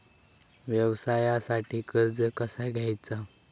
व्यवसायासाठी कर्ज कसा घ्यायचा?